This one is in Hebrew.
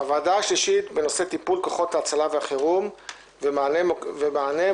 הוועדה השלישית בנושא טיפול כוחות ההצלה והחירום ומענה מוקדי